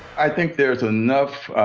i think there is enough